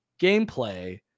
gameplay